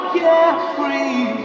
carefree